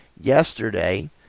yesterday